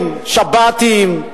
שב"חים, שב"תים.